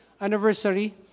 anniversary